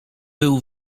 był